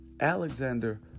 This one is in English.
Alexander